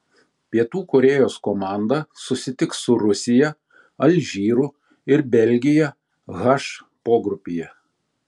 pietų korėjos komanda susitiks su rusija alžyru ir belgija h pogrupyje